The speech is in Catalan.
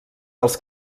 dels